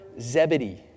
Zebedee